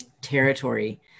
territory